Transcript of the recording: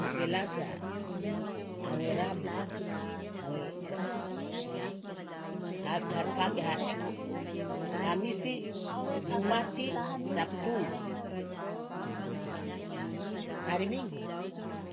Ange selasa ange rabu ange hamisi jumati sabtu hari minggu.